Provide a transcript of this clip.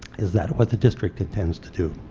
is that what the district intends to do?